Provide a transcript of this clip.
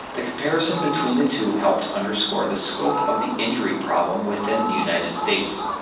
the comparison between the two helped underscore the scope of the injury problem within the united states.